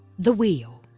the wheel